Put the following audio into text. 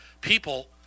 People